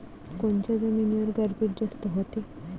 कोनच्या जमिनीवर गारपीट जास्त व्हते?